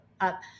up